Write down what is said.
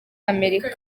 amerika